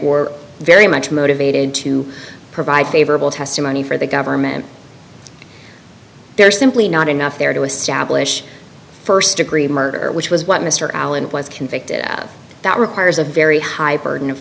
were very much motivated to provide favorable testimony for the government there is simply not enough there to establish st degree murder which was what mr allen was convicted of that requires a very high burden of